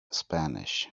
spanish